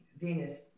Venus